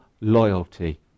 loyalty